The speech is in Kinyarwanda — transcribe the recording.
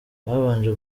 babanje